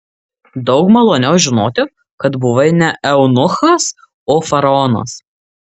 daug maloniau žinoti kad buvai ne eunuchas o faraonas